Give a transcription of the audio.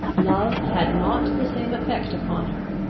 love had not the same effect upon her,